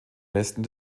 westen